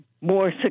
more